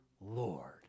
Lord